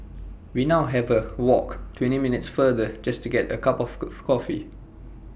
we now have A walk twenty minutes further just to get A cup of coffee